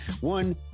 One